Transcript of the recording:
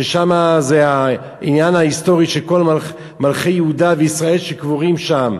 ששם זה העניין ההיסטורי שכל מלכי יהודה וישראל קבורים שם,